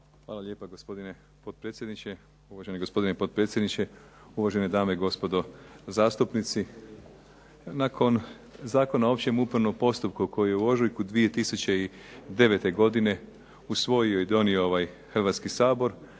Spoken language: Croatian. uvaženi gospodine potpredsjedniče, uvažene dame i gospodo zastupnici. Nakon Zakona o općem upravnom postupku koji je u ožujku 2009. godine usvojio i donio ovaj Hrvatski sabor,